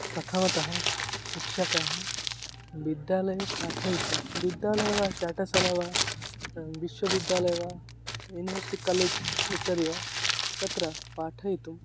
प्रथमतः शिक्षकः विद्यालये पाठयितुं विद्यालये वा पाठशाला वा विश्वविद्यालयः वा इन्वस्टि कलेज् इत्यादि वा तत्र पाठयितुं